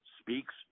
speaks